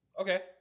Okay